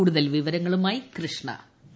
കൂടുതൽ വിവരങ്ങളുമായി കൃഷ്ണി